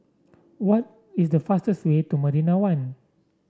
what is the fastest way to Marina One